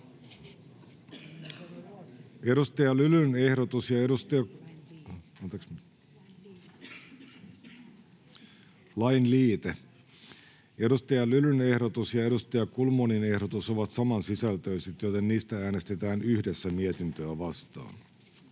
Lauri Lylyn ja Katri Kulmunin ehdotukset ovat keskenään samansisältöiset, joten niistä äänestetään yhdessä mietintöä vastaan.